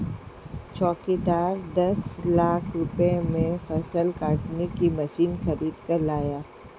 जोगिंदर दस लाख रुपए में फसल काटने की मशीन खरीद कर लाया